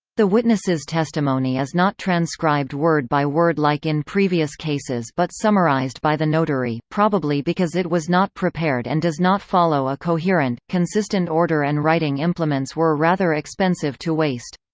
the witness's testimony is not transcribed word by word like in previous cases but summarized by the notary, probably because it was not prepared and does not follow a coherent, consistent order and writing implements were rather expensive to waste.